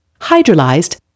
Hydrolyzed